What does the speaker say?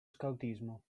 scautismo